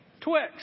Twix